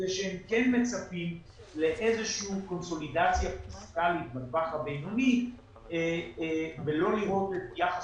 הם כן מצפים לאיזושהי קונסולידציה בטווח הבינוני ולא לראות את יחס